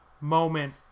moment